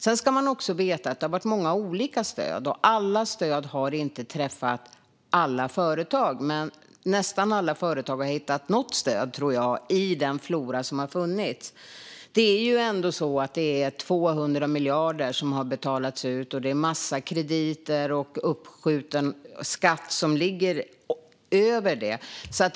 Man ska också veta att det har varit många olika stöd. Alla stöd har inte träffat alla företag, men jag tror att nästan alla företag har hittat något stöd i den flora som har funnits. Det är ändå så att det är 200 miljarder som har betalats ut, och det är en massa krediter och uppskjuten skatt som ligger över detta.